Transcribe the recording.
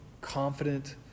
confident